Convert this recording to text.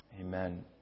Amen